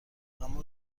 اما